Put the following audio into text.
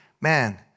man